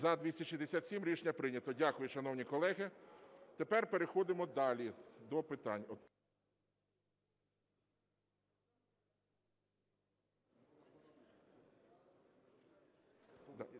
За-267 Рішення прийнято. Дякую, шановні колеги. Тепер переходимо далі до питань.